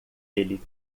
ele